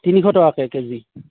তিনিশ টকাকে কেজি